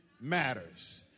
matters